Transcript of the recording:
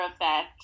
effect